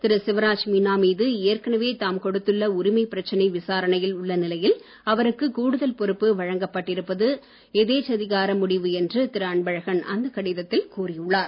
திரு சிவராஜ் மீனா மீது ஏற்கனவே தாம் கொடுத்துள்ள உரிமைப் பிரச்சனை விசாரணையில் உள்ள நிலையில் அவருக்கு கூடுதல் பொறுப்பு வழங்கப்பட்டிருப்பது எதேச்சதிகார முடிவு என்று திரு அன்பழகன் அந்த கடிதத்தில் கூறியுள்ளார்